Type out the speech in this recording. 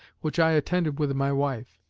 which i attended with my wife.